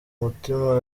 mutima